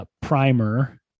Primer